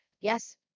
Yes